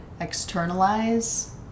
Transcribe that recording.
externalize